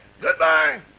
Goodbye